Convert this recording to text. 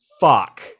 Fuck